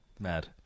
Mad